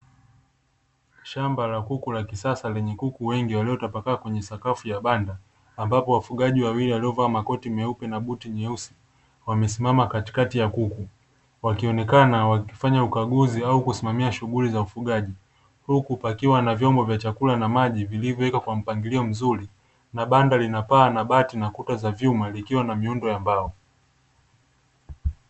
Shamba la kuku wa kisasa lenye kuku wengi waliotapakaa kwenye sakafu ya banda, ambapo wafugaji wawili waliovaa makoti meupe na mabuti meusi wamesimama katikati ya kuku wakionekana wakifanya ukaguzi au kusimamia shughuli za ufugaji. Huku pakiwa na vyombo vya chakula na maji vilivyowekwa kwa mpangilio mzuri na banda lina paa na bati na kuta za vyuma likiwa na muundo wa mbao.